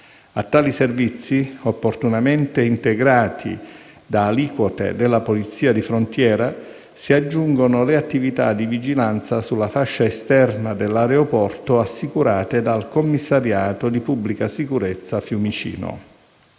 A tali servizi, opportunamente integrati da aliquote della polizia di frontiera, si aggiungono le attività di vigilanza sulla fascia esterna dell'aeroporto, assicurate dal commissariato di pubblica sicurezza di Fiumicino.